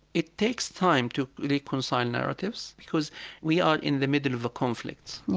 it takes time to like reconcile narratives because we are in the middle of a conflict.